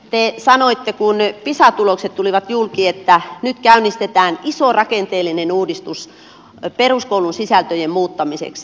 te sanoitte kun pisa tulokset tulivat julki että nyt käynnistetään iso rakenteellinen uudistus peruskoulun sisältöjen muuttamiseksi